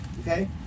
okay